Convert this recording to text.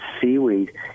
seaweed